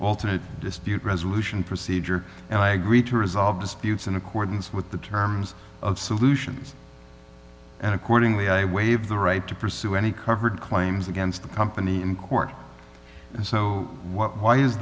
alternate dispute resolution procedure and i agreed to resolve disputes in accordance with the terms of solutions and accordingly i waive the right to pursue any covered claims against the company in court so what why is